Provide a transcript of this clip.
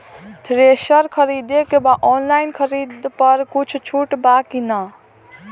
Thresher खरीदे के बा ऑनलाइन खरीद पर कुछ छूट बा कि न?